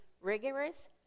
rigorous